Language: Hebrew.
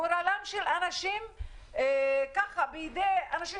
הגורל של אנשים האלה בידיים של אנשים